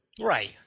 Right